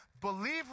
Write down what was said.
Believe